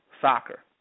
soccer